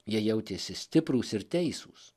jie jautėsi stiprūs ir teisūs